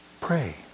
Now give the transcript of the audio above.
Pray